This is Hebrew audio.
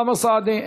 אוסאמה סעדי,